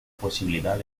posibilidad